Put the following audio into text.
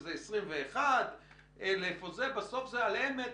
שזה 21 אלף בסוף זה באמת,